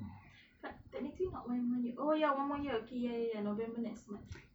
kan technically not one more year oh ya one more year ya ya ya november next month